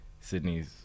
Sydney's